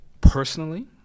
personally